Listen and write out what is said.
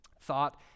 Thought